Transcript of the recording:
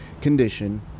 condition